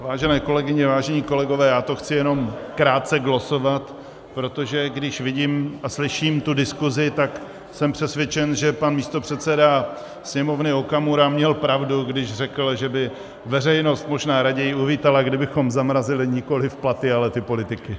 Vážené kolegyně, vážení kolegové, já to chci jenom krátce glosovat, protože když vidím a slyším tu diskusi, tak jsem přesvědčen, že pan místopředseda Sněmovny Okamura měl pravdu, když řekl, že by veřejnost možná raději uvítala, kdybychom zamrazili nikoliv platy, ale ty politiky.